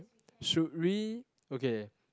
should we okay